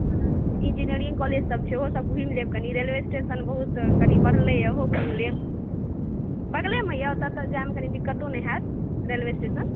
engineering college सभ सेहो सभ घूमि लेब कनि रेलवे स्टेशन बहुत कनि बढ़लै हँ ओहो घूमि लेब बगलेमे यऽ ओतऽ तऽ जायमे कोनो दिक्कतो नहि होयत रेलवे स्टेशन